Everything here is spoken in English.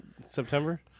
September